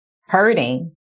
hurting